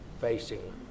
facing